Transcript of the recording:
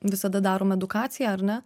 visada darom edukaciją ar ne